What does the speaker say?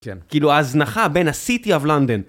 כן. כאילו ההזנחה בין ה-City of London.